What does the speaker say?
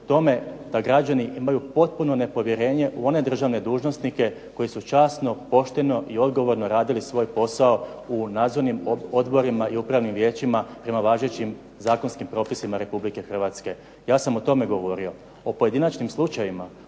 da građani imaju potpuno nepovjerenje u one državne dužnosnike koji su časno, pošteno i odgovorno radili svoj posao u nadzornim odborima i upravnim vijećima prema važećim zakonskim propisima Republike Hrvatske. Ja sam o tome govorio. O pojedinačnim slučajevima,